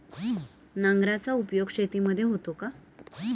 नांगराचा उपयोग शेतीमध्ये होतो का?